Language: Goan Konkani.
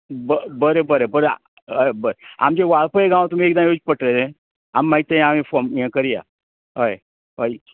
बरें बरें बरें आमच्या वाळपय गांव तुमी एकदां येवचें पडटलें आमी मागीर तें आमी फम हें करया हय हय